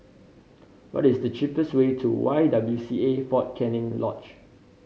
what is the cheapest way to Y W C A Fort Canning Lodge